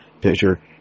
picture